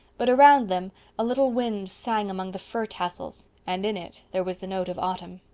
but around them a little wind sang among the fir tassels, and in it there was the note of autumn.